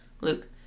Luke